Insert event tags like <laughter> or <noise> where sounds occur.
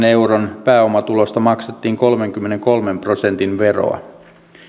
<unintelligible> euron pääomatuloista maksettiin kolmenkymmenenkolmen prosentin veroa